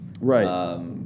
Right